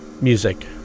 music